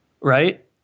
right